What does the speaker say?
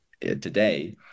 today